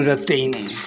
रखते ही नहीं है